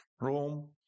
Rome